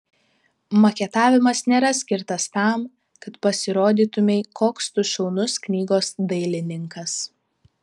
maketavimas nėra skirtas tam kad pasirodytumei koks tu šaunus knygos dailininkas